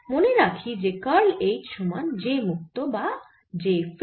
মনে রাখি যে কার্ল H সমান J মুক্ত অর্থাৎ J ফ্রী